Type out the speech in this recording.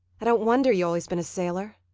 i don't wonder you always been a sailor.